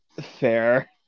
fair